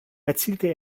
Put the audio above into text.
erzielte